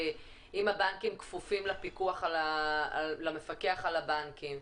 אם הבנקים כפופים למפקח על הבנקים,